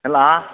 hello